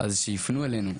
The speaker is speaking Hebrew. אז שייפנו אלינו.